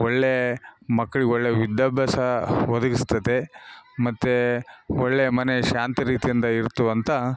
ಒಳ್ಳೇ ಮಕ್ಳಿಗೆ ಒಳ್ಳೇ ವಿದ್ಯಾಭ್ಯಾಸ ಒದಗಿಸ್ತತೆ ಮತ್ತು ಒಳ್ಳೇ ಮನೆ ಶಾಂತ ರೀತಿಯಿಂದ ಇರ್ತು ಅಂತ